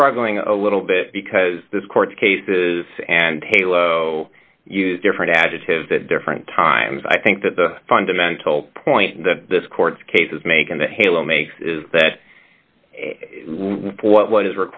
struggling a little bit because this court cases and halo use different additives that different times i think that the fundamental point that this court case is making the halo makes is that what is